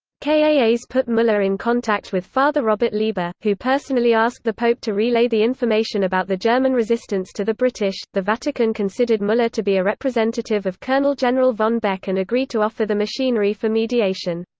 kaas ah put muller in contact with father robert leiber, who personally asked the pope to relay the information about the german resistance to the british the vatican considered muller to be a representative of colonel-general von beck and agreed to offer the machinery for mediation.